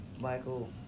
Michael